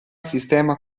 sistema